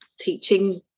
teaching